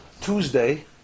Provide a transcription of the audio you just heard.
Tuesday